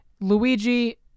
Luigi